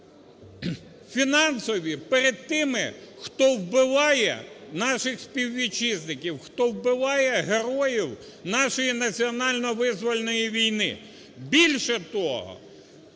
фінансові перед тими, хто вбиває наших співвітчизників, хто вбиває героїв нашої національно-визвольної війни. Більше того,